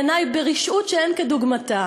בעיני ברשעות שאין כדוגמתה,